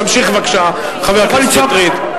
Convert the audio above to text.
תמשיך, בבקשה, חבר הכנסת שטרית.